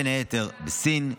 בין היתר בסין,